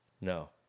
No